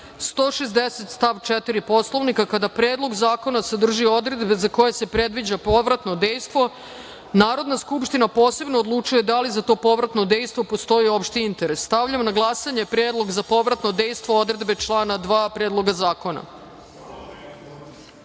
160. stav 4. Poslovnika, kada predlog zakona sadrži odredbe za koje se predviđa povratno dejstvo, Narodna skupština posebno odlučuje da li za to povratno dejstvo postoji opšti interes. Stavljam na glasanje predlog za povratno dejstvo odredbe člana 2. Predloga